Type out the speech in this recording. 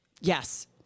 Yes